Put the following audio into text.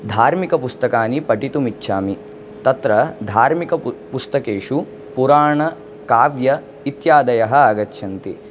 धार्मिकपुस्तकानि पठितुमिच्छामि तत्र धार्मिकपुत् पुस्तकेषु पुराण काव्य इत्यादयः आगच्छन्ति